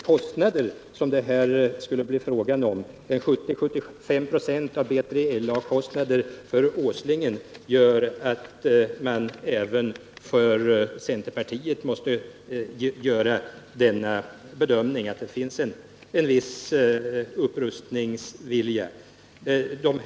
Kostnaderna som det här skulle bli fråga om, 70-75 96 av BILA-kostnaderna för Åslingen, innebär att man måste göra bedömningen att det finns en viss upprustningsvilja även inom centerpartiet.